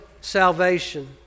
salvation